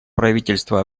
правительство